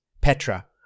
Petra